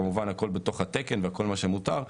כמובן הכול בתוך התקן וכל מה שמותר,